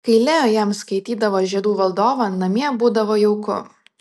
kai leo jam skaitydavo žiedų valdovą namie būdavo jauku